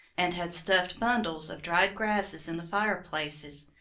and had stuffed bundles of dried grasses in the fireplaces,